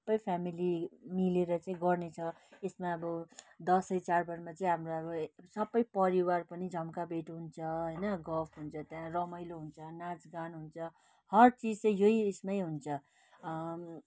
बै फ्यामेली मिलेर चाहिँ गर्ने छ यसमा अब दसैँ चाडबाडमा चाहिँ हाम्रो अब सबै परिवार पनि जम्काभेट हुन्छ होइन गफ हुन्छ त्यहाँ रमाइलो हुन्छ नाच गान हुन्छ हरएक चिज चाहिँ यही उयसमै हुन्छ